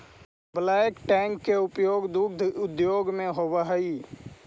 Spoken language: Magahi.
बल्क टैंक के उपयोग दुग्ध उद्योग में होवऽ हई